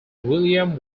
william